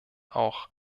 auch